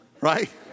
right